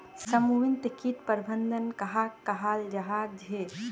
समन्वित किट प्रबंधन कहाक कहाल जाहा झे?